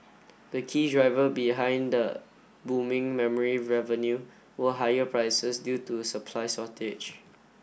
the key driver behind the booming memory revenue were higher prices due to supply shortage